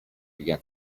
began